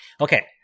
Okay